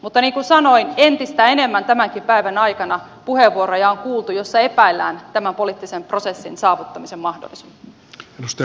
mutta niin kuin sanoin entistä enemmän tämänkin päivän aikana on kuultu puheenvuoroja joissa epäillään tämän poliittisen prosessin saavuttamisen mahdollisuutta